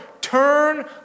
Turn